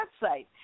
website